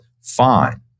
Fine